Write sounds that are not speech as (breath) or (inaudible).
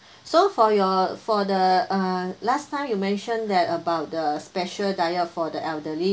(breath) so for your for the uh last time you mention that about the special diet for the elderly